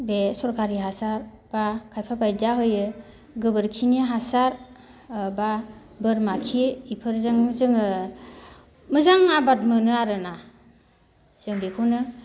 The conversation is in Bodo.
बे सरखारि हासार बा खायफा बायदिया होयो गोबोरखिनि हासार ओ बा बोरमा खि इफोरजोंनो जोङो मोजां आबाद मोनो आरोना जों बेखौनो